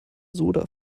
soda